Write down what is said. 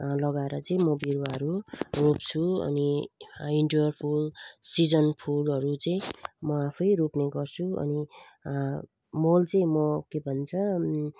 लगाएर चाहिँ म बिरुवाहरू रोप्छु अनि इन्डोर फुल सिजन फुलहरू चाहिँ म आफैँ रोप्नेगर्छु अनि मल चाहिँ म के भन्छ